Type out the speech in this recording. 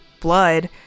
blood